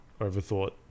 overthought